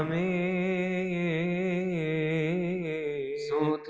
a so